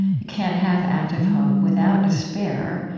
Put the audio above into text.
you can't have active hope without despair,